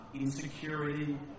insecurity